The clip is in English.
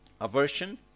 aversion